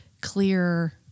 clear